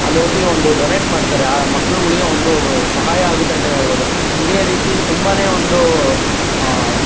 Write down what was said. ಅಲ್ಲಿ ಹೋಗಿ ಒಂದು ಡೊನೇಟ್ ಮಾಡ್ತಾರೆ ಆ ಮಕ್ಕಳುಗಳಿಗೆ ಒಂದು ಸಹಾಯ ಆಗುತ್ತೆ ಅಂತಲೇ ಹೇಳ್ಬೋದು ಇದೇ ರೀತಿ ತುಂಬನೇ ಒಂದು